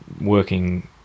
working